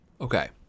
Okay